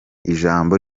ijambo